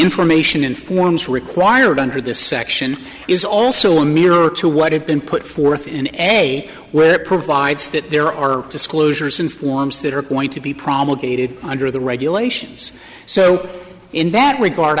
information in forms required under this section is also a mirror to what had been put forth in an essay where it provides that there are disclosures in forms that are going to be promulgated under the regulations so in that regard